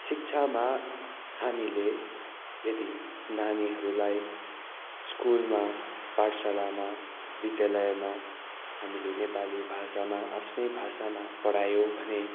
शिक्षामा हामीले यदि नानीहरूलाई स्कुलमा पाठशालामा विद्यालयमा हामीले नेपाली भाषामा आफ्नै भाषामा पढायौँ भने